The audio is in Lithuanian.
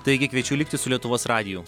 taigi kviečiu likti su lietuvos radiju